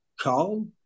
call